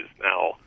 now